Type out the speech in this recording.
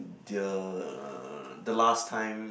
the uh the last time